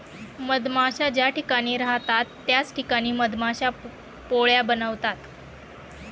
मधमाश्या ज्या ठिकाणी राहतात त्याच ठिकाणी मधमाश्या पोळ्या बनवतात